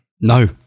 No